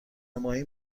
ماهی